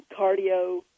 cardio